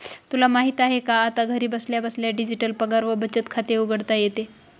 तुला माहित आहे का? आता घरी बसल्या बसल्या डिजिटल पगार व बचत खाते उघडता येते